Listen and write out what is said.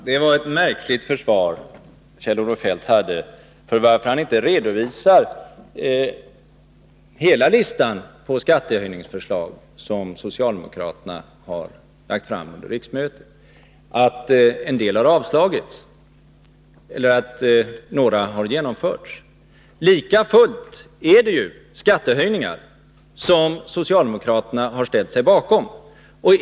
Herr talman! Det var ett märkligt försvar Kjell-Olof Feldt hade för att inte redovisa hela listan på skattehöjningsförslag som socialdemokraterna har lagt fram under riksmötet, att en del har avslagits eller att några har genomförts. Lika fullt är det ju skattehöjningar som socialdemokraterna har ställt sig bakom.